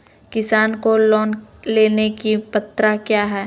किसान को लोन लेने की पत्रा क्या है?